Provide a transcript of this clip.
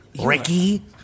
Ricky